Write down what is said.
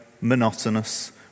monotonous